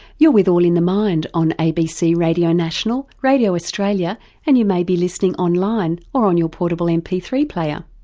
you're with all in the mind on abc radio national, radio australia and you may be listening online or on your portable m p three player.